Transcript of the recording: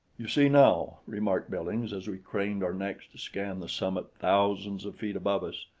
you see now, remarked billings as we craned our necks to scan the summit thousands of feet above us,